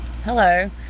Hello